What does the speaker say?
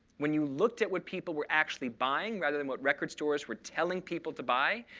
when you looked at what people were actually buying, rather than what record stores were telling people to buy,